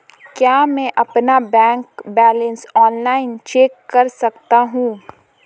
क्या मैं अपना बैंक बैलेंस ऑनलाइन चेक कर सकता हूँ?